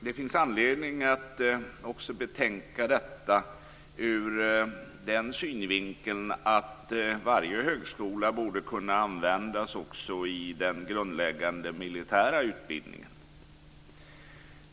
Det finns anledning att också betänka detta ur den synvinkeln att varje högskola borde kunna användas också i den grundläggande militära utbildningen.